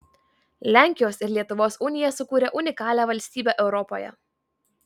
lenkijos ir lietuvos unija sukūrė unikalią valstybę europoje